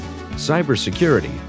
cybersecurity